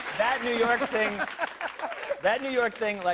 that new york thing that new york thing, like